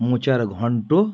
মোচার ঘন্ট